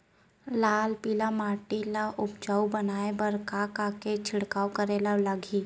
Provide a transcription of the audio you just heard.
लाल पीली माटी ला उपजाऊ बनाए बर का का के छिड़काव करे बर लागही?